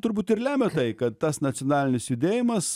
turbūt ir lemia tai kad tas nacionalinis judėjimas